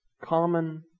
common